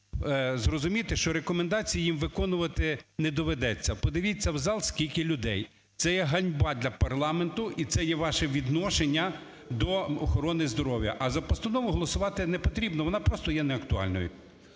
зрозуміти, що рекомендації їм виконувати не доведеться. Подивіться в зал, скільки людей. Це є ганьба для парламенту і це є ваше відношення до охорони здоров'я. А за постанову голосувати непотрібно, вона просто є неактуальною.